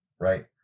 right